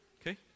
Okay